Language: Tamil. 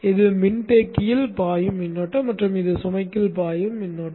இது மின்தேக்கியில் பாயும் மின்னோட்டம் மற்றும் இது சுமைக்குள் பாயும் மின்னோட்டம்